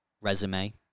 resume